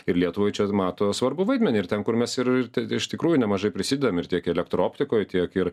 ir lietuvai čia mato svarbų vaidmenį ir ten kur mes ir te te iš tikrųjų nemažai prisidedam ir tiek elektro optikoj tiek ir